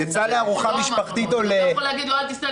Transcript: יצא לארוחה משפחתית או לברית?